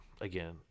again